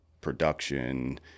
production